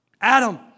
Adam